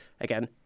again